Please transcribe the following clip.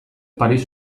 paris